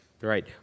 Right